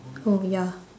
oh ya